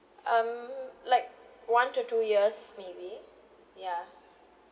um like one to two years maybe ya